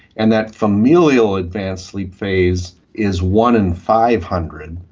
and that familial advanced sleep phase is one in five hundred.